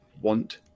want